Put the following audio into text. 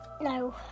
No